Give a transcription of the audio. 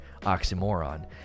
oxymoron